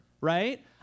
right